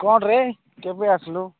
କ'ଣରେ କେବେ ଆସିଲୁ